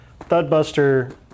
Thudbuster